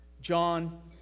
John